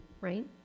right